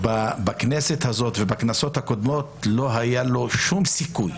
בכנסת הזאת ובכנסות הקודמות לא היה לו שום סיכוי,